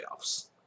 playoffs